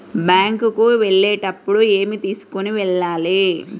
Bank కు వెళ్ళేటప్పుడు ఏమి తీసుకొని వెళ్ళాలి?